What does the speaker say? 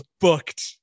booked